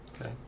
Okay